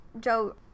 Joe